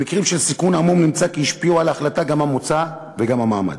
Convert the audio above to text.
במקרים של סיכון עמום נמצא כי השפיעו על ההחלטה גם המוצא וגם המעמד.